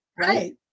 Right